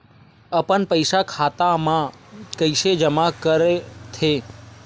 अपन पईसा खाता मा कइसे जमा कर थे?